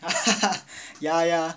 ya ya ya